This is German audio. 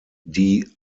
die